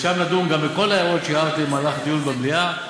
ושם נדון בכל ההערות שהערתם במהלך הדיון במליאה,